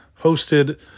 hosted